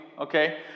okay